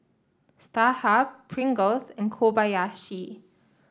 Starhub Pringles and Kobayashi